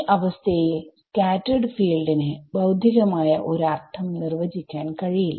ഈ അവസ്ഥയിൽ സ്കാറ്റെർഡ് ഫീൽഡിന് ഭൌതികമായ ഒരു അർഥം നിർവചിക്കാൻ കഴിയില്ല